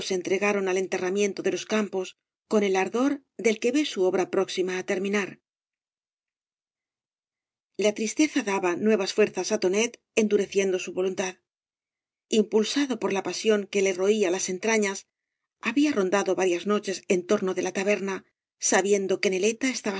entregaron al enterramiento de los campos con el ardor del que ve su obra próxima á terminar la tristeza daba nuevas fuerzas á tonet en dureciendo su voluntad impulsado por la pasión que ie roía las entrañas había rondado varias noches en torno de la taberna sabiendo que neleta estaba